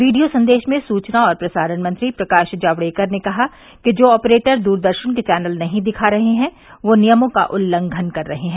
video संदेश में सूचना और प्रसारण मंत्री प्रकाश जावड़ेकर ने कहा कि जो ऑपरेटर दूरदर्शन के चैनल नहीं दिखा रहे हैं वे नियमों का उल्लंघन कर रहे हैं